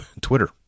Twitter